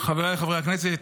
חבריי חברי הכנסת,